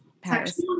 Paris